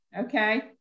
Okay